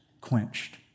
quenched